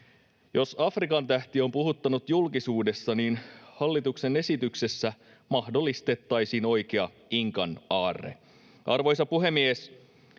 Jos Afrikan tähti on puhuttanut julkisuudessa, niin hallituksen esityksessä mahdollistettaisiin oikea inkan aarre. Arvoisa puhemies!